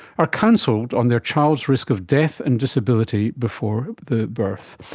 are counselled on their child's risk of death and disability before the birth,